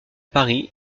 paris